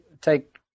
take